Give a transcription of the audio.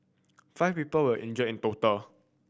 five people were injured in total